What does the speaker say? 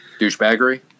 douchebaggery